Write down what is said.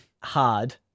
Hard